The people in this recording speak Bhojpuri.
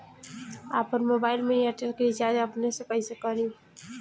आपन मोबाइल में एयरटेल के रिचार्ज अपने से कइसे करि?